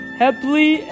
happily